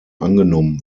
angenommen